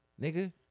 Nigga